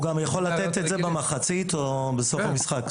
הוא גם יכול לתת את זה במחצית או בסוף המשחק.